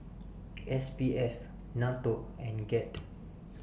S P F NATO and Ged